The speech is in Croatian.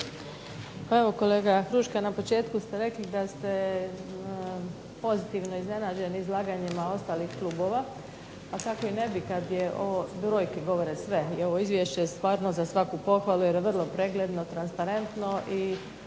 Huška na početku ste rekli da ste pozitivno iznenađeni izlaganjima ostalih klubova, a kako i ne bi kad je ovo, brojke govore sve i ovo izvješće je stvarno za svaku pohvalu jer je vrlo pregledno, transparentno i